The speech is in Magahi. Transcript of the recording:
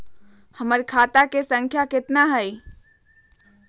हमर खाता के सांख्या कतना हई?